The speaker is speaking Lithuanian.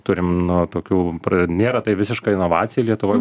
turim na tokių nėra tai visiška inovacija lietuvoj